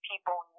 People